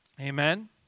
Amen